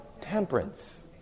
temperance